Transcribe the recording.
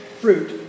fruit